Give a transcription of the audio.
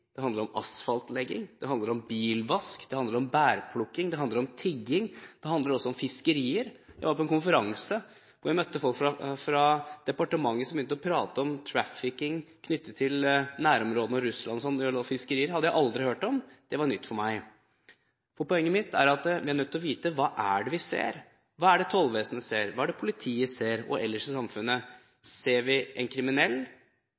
det handler om asfaltlegging, det handler om bilvask, det handler om bærplukking, det handler om tigging og det handler om fiskerier. Jeg var på en konferanse hvor jeg møtte folk fra departementet som begynte å prate om trafficking knyttet til nærområdene og Russland hvor det var fiskerier. Det hadde jeg aldri hørt om, det var nytt for meg. Poenget mitt er at vi er nødt til å vite: Hva er det vi ser? Hva er det Tollvesenet ser? Hva er det politiet ser ellers i samfunnet? Ser vi en kriminell,